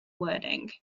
wording